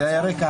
זה היה רקע,